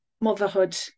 motherhood